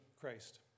Christ